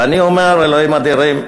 ואני אומר: אלוהים אדירים.